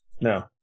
No